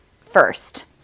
first